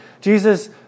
Jesus